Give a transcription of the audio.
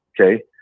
Okay